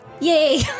Yay